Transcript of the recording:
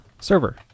server